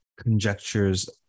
conjectures